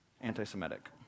anti-semitic